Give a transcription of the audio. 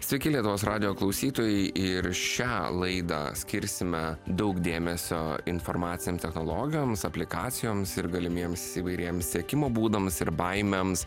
sveiki lietuvos radijo klausytojai ir šią laidą skirsime daug dėmesio informacinėm technologijoms aplikacijoms ir galimiems įvairiems sekimo būdams ir baimėms